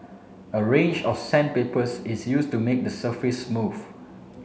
a range of sandpapers is used to make the surface smooth